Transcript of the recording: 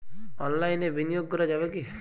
অনলাইনে বিনিয়োগ করা যাবে কি?